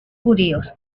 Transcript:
judíos